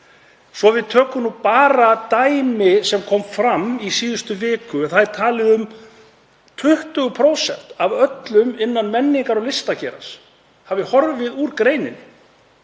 Svo við tökum bara dæmi sem kom fram í síðustu viku þá er talið að um 20% af öllum innan menningar- og listageirans hafi horfið úr greininni.